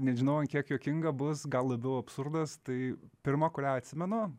nežinau ant kiek juokinga bus gal labiau absurdas tai pirma kurią atsimenu